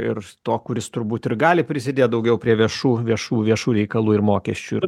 ir to kuris turbūt ir gali prisidėt daugiau prie viešų viešų viešų reikalų ir mokesčių ir